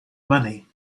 money